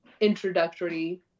introductory